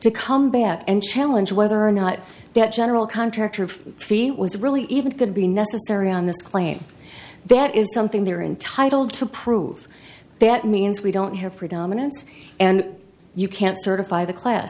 to come back and challenge whether or not that general contractor of feet was really even going to be necessary on this claim that is something they're entitled to prove that means we don't have predominance and you can't certify the class